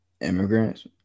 immigrants